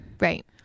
Right